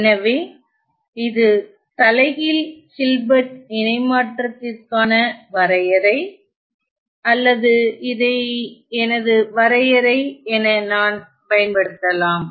எனவே இது தலைகீழ் ஹில்பர்ட் இணைமாற்றத்திற்கான வரையறை அல்லது இதை எனது வரையறை என நான் பயன்படுத்தலாம்